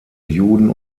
juden